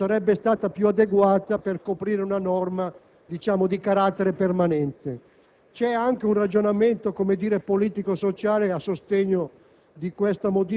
sull'aumento dell'accisa sui tabacchi sarebbe stata più adeguata a coprire una norma di carattere permanente.